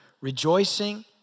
Rejoicing